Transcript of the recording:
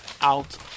out